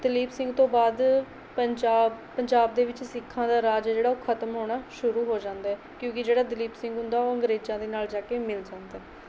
ਦਲੀਪ ਸਿੰਘ ਤੋਂ ਬਾਅਦ ਪੰਜਾਬ ਪੰਜਾਬ ਦੇ ਵਿੱਚ ਸਿੱਖਾਂ ਦਾ ਰਾਜ ਹੈ ਜਿਹੜਾ ਉਹ ਖ਼ਤਮ ਹੋਣਾ ਸ਼ੁਰੂ ਹੋ ਜਾਂਦਾ ਹੈ ਕਿਉਂਕਿ ਜਿਹੜਾ ਦਲੀਪ ਸਿੰਘ ਹੁੰਦਾ ਉਹ ਅੰਗਰੇਜ਼ਾਂ ਦੇ ਨਾਲ਼ ਜਾ ਕੇ ਮਿਲ ਜਾਂਦਾ